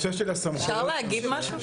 אפשר להגיד משהו?